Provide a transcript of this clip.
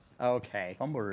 Okay